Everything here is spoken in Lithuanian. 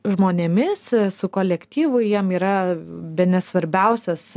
žmonėmis su kolektyvu jiem yra bene svarbiausias